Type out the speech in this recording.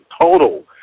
total